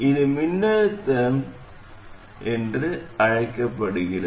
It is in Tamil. இது மின்னழுத்த தாங்கல் என்று அழைக்கப்படுகிறது